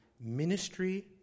ministry